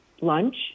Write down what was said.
lunch